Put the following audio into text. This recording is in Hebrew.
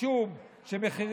בנט.